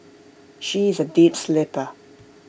she is A deep sleeper